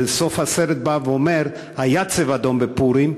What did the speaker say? סוף הסרט בא ואומר: היה "צבע אדום" בפורים,